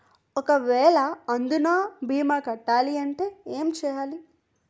ఒక వేల అందునా భీమా కట్టాలి అంటే ఎలా కట్టాలి?